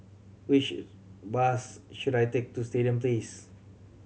which bus should I take to Stadium Place